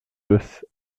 with